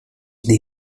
they